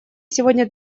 сегодня